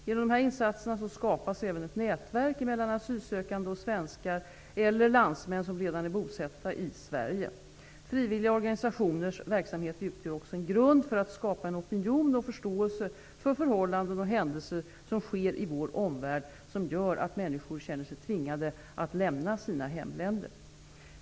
Genom de här insatserna skapas även ett nätverk mellan asylsökande och svenskar eller landsmän som redan är bosatta i Sverige. Frivilliga organisationers verksamhet utgör också en grund för att skapa en opinion och förståelse för förhållanden och händelser som sker i vår omvärld som gör att människor känner sig tvingade att lämna sina hemländer.